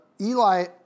Eli